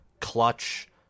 clutch